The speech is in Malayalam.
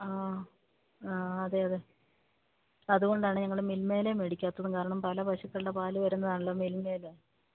ആ ആ അതെ അതെ അതുകൊണ്ടാണ് ഞങ്ങൾ മിൽമയിലെ വേടിക്കാത്തതും കാരണം പല പശുക്കളുടെ പാൽ വരുന്നതാണല്ലോ മിൽമയിൽ